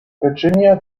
virginia